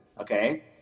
okay